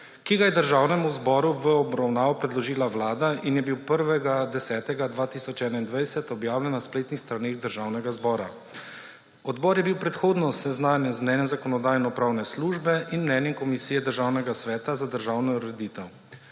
ki ga je Državnemu zboru v obravnavo predložila Vlada in je bil 1. 10. 2021 objavljen na spletnih straneh Državnega zbora. Odbor je bil predhodno seznanjen z mnenjem Zakonodajno-pravne službe in mnenjem Komisije Državnega sveta za državno ureditev.